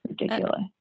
ridiculous